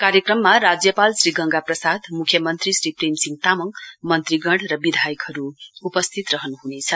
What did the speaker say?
कार्यक्रममा राज्यपाल श्री गंगा प्रसाद् मुख्यमन्त्री श्री प्रेमसिंह तामाङ मन्त्रीगण र विधायकहरू उपस्थित रहनुहुनेछ